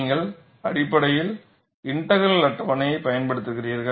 நீங்கள் அடிப்படையில் இன்ட்க்ரல் அட்டவணையைப் பயன்படுத்துகிறீர்கள்